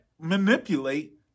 manipulate